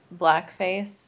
blackface